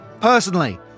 personally